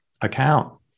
account